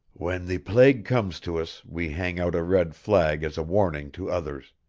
when the plague comes to us we hang out a red flag as a warning to others.